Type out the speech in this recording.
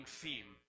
theme